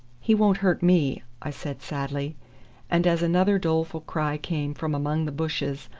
he won't hurt me, i said sadly and as another doleful cry came from among the bushes,